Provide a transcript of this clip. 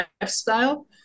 lifestyle